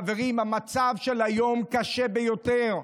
חברים, המצב היום קשה ביותר.